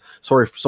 sorry